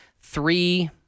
three